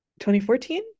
2014